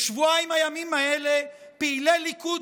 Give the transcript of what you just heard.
בשבועיים הימים האלה, פעילי ליכוד